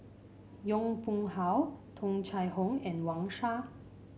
Yong Pung How Tung Chye Hong and Wang Sha